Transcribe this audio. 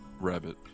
Rabbit